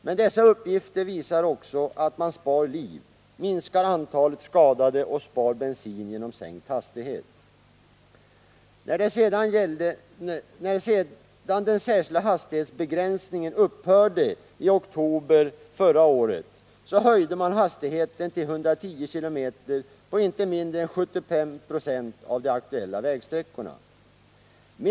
Men dessa uppgifter visar också att man spar liv, minskar antalet skadade och spar bensin genom sänkt hastighet. När sedan den särskilda hastighetsbegränsningen upphörde den 16 oktober 1979, så höjde man hastigheten till 110 km/tim på inte mindre än 75 Jo av de aktuella vägsträckorna.